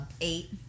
eight